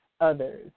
others